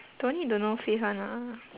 don't need the no face one ah